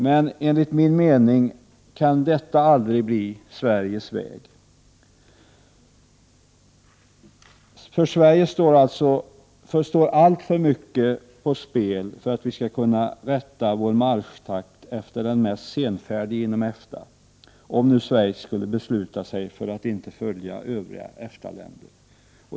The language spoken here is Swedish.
Men enligt min mening kan detta aldrig bli Sveriges väg. För oss i Sverige står alltför mycket på spel för att vi skall kunna rätta vår marschtakt efter den mest senfärdige inom EFTA, om Schweiz skulle besluta sig för att inte följa övriga EFTA-länder.